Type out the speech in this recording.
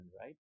right